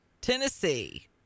Tennessee